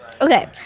Okay